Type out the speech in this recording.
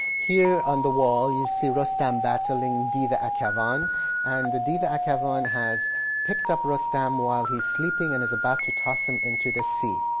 here on the wall you see rustam battling div-i akavan and div-i akavan has picked up rustam while he's sleeping and is about to toss him into the sea.